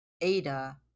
Ada